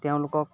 তেওঁলোকক